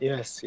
Yes